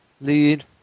Lead